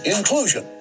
Inclusion